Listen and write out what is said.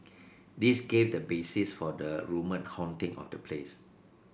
this gave the basis for the rumoured haunting of the place